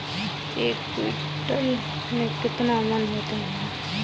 एक क्विंटल में कितने मन होते हैं?